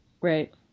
Right